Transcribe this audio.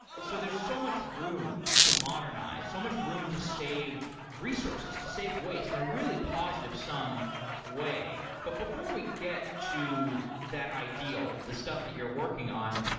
so there's so much room to modernize. so much room to save resources, to save waste in and a really positive-sum way. but before we get to that ideal, the stuff that you're working on,